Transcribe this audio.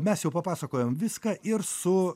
mes jau papasakojom viską ir su